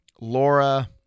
Laura